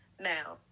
Now